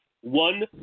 one